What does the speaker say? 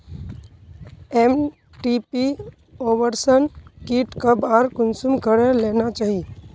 MTP abortion kit कब आर कुंसम करे लेना चही?